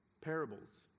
Parables